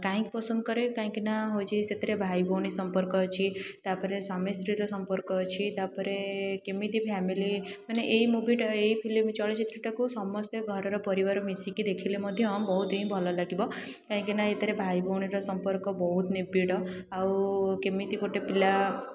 କାହିଁକି ପସନ୍ଦ କରେ କାହିଁକିନା ହେଉଛି ସେଥିରେ ଭାଇ ଭଉଣୀ ସମ୍ପର୍କ ଅଛି ତା'ପରେ ସ୍ୱାମୀ ସ୍ତ୍ରୀର ସମ୍ପର୍କ ଅଛି ତା'ପରେ କେମିତି ଫ୍ୟାମିଲି ମାନେ ଏଇ ମୁଭିଟା ଏଇ ଫିଲିମ୍ ଚଳଚ୍ଚିତ୍ରଟାକୁ ସମସ୍ତେ ଘରର ପରିବାର ମିଶିକି ଦେଖିଲେ ମଧ୍ୟ ବହୁତ ହିଁ ଭଲ ଲାଗିବ କାଇଁକିନା ଏଥିରେ ଭାଇ ଭଉଣୀର ସମ୍ପର୍କ ବହୁତ ନିବିଡ଼ ଆଉ କେମିତି ଗୋଟେ ପିଲା